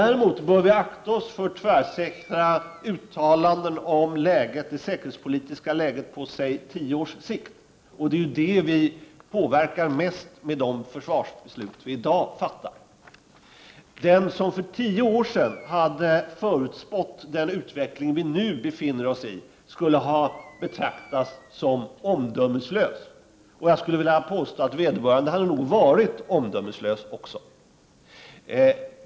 Däremot bör vi akta oss för att göra tvärsäkra uttalanden om det säkerhetspolitiska läget på låt oss säga tio års sikt. Det är ju det som vi påverkar mest i och med dagens försvarsbeslut. Den som för tio år sedan hade förutspått den utveckling som vi nu befinner oss i skulle ha betraktats som omdömeslös. Jag skulle nog vilja påstå att vederbörande också hade varit det.